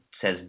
says